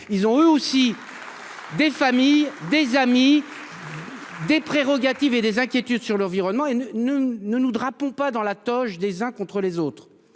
Ils ont eux aussi. Des familles, des amis. Dominique. Des prérogatives et des inquiétudes sur l'environnement et ne ne ne nous drapeau pas dans la toge des uns contre les autres.